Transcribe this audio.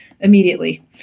immediately